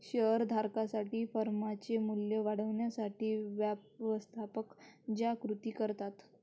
share धारकांसाठी फर्मचे मूल्य वाढवण्यासाठी व्यवस्थापक ज्या कृती करतात